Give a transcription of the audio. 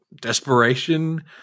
desperation